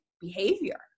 behavior